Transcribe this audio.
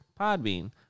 Podbean